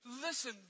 listen